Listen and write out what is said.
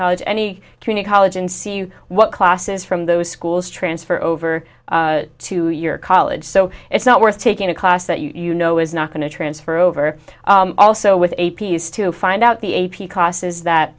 college any community college and see what classes from those schools transfer over to your college so it's not worth taking a class that you know is not going to transfer over also with a p s to find out the a p classes that